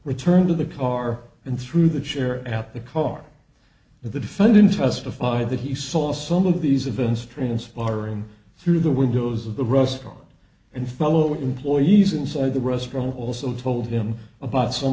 return to the car and threw the chair at the car the defendant testified that he saw some of these events transpire in through the windows of the restaurant and fellow employees inside the restaurant also told him about some